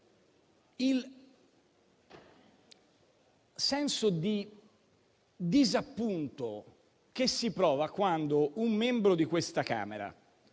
il senso di disappunto che si prova quando un membro di questa Camera,